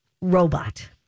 robot